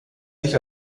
sich